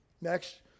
Next